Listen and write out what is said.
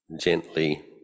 gently